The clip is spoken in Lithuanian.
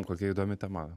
kokia įdomi tema